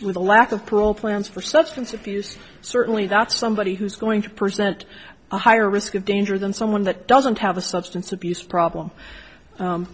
with a lack of parole plans for substance abuse certainly that somebody who's going to present a higher risk of danger than someone that doesn't have a substance abuse problem